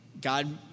God